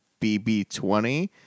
BB20